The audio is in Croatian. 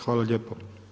Hvala lijepo.